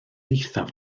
eithaf